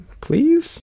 please